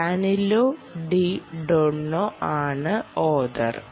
Danilo Di Tonno ആണ് author